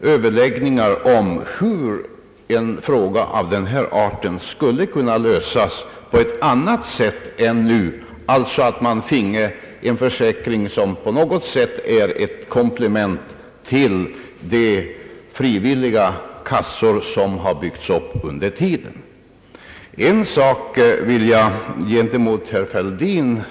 överläggningar om hur en fråga av denna art skulle kunna lösas på ett annat sätt än den nu är löst — alltså så, att man finge en försäkring som på något sätt är ett komplement till de frivilliga kassor som har byggts upp under tiden. I detta sammanhang vill jag säga en sak till herr Fälldin.